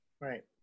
Right